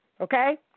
okay